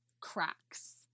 cracks